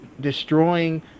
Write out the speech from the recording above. destroying